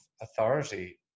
authority